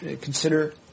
consider